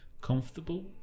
comfortable